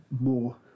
more